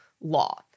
law